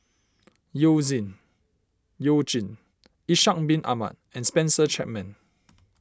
You Zin You Jin Ishak Bin Ahmad and Spencer Chapman